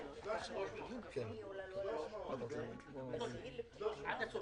ולכן רצינו